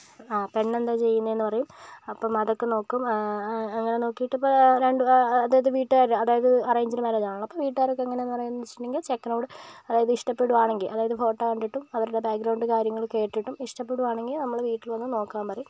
അ പെണ്ണ് എന്താ ചെയ്യുന്നത് പറയും അപ്പോൾ അത് ഒക്കെ നോക്കും അങ്ങനെ നോക്കിയിട്ട് അതായത് വീട്ടുകാര് അതായത് അറേഞ്ചിഡ് മേരേജ് ആണ് അല്ലോ അപ്പോൾ വീട്ടുകാര് എങ്ങനെയാണ് പറയുന്നത് എന്ന് വെച്ചിട്ടുണ്ടങ്കില് ചെക്കനോട് അതായത് ഇഷ്ടപ്പെടുവാണെങ്കില് അതായത് ഫോട്ടോ കണ്ടിട്ട് അവരുടെ ബാഗ്രൗണ്ട് കാര്യങ്ങളും കേട്ടിട്ട് ഇഷ്ട്ടപ്പെടുവാണെങ്കില് നമ്മള് വീട്ടില് വന്ന് നോക്കാൻ പറയും